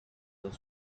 the